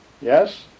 Yes